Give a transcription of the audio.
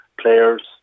players